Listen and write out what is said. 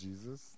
Jesus